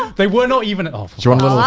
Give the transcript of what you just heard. they were not even oh.